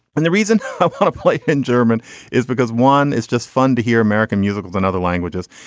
and the reason i want to play in german is because one is just fun to hear american musicals and other languages.